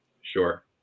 Sure